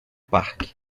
parque